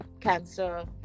cancer